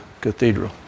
cathedral